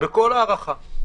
בכל ההארכה.